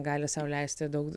gali sau leisti daug